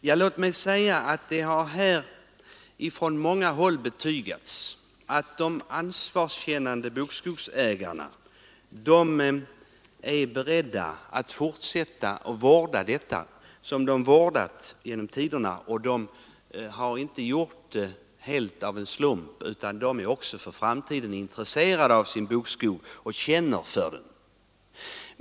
Ja, det har från många håll betygats att de ansvarskännande bokskogsägarna är beredda att fortsätta med att vårda sina skogar som de har gjort genom tiderna. De har inte gjort det av en slump, utan de är intresserade av sin bokskog och känner för den.